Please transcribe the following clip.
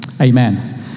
Amen